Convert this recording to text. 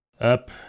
up